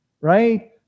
right